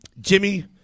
Jimmy